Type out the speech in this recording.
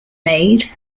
maid